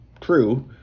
true